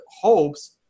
hopes